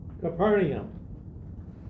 capernaum